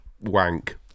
wank